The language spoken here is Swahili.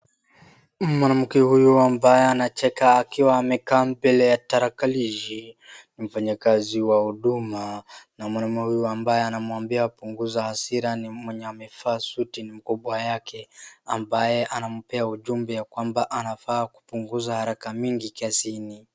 Mwanamke huyu ambaye anacheka akiwa amekaa mbele ya tarakalishi, ni mfanyakazi wa huduma. Na mwanamume huyu ambaye anamwambia apunguze hasira, ni mwenye amevaa suti, ni mkubwa wake ambaye anampa ujumbe ya kwamba anafaa kupunguza haraka mingi kazini.